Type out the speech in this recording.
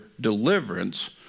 deliverance